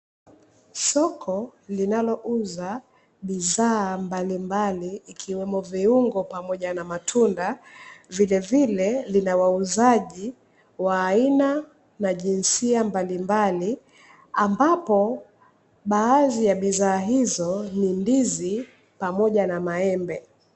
Soko linalouza bidhaa mbalimbali ikiwemo viungo pamoja na matunda, vilevile linawauzaji wa aina na jinsia mbalimbali ambapo baadhi ya bidhaa hizo ni ndizi pamoja na maembe.